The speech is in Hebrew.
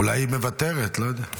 אולי היא מוותרת, לא יודע.